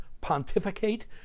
pontificate